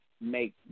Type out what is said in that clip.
make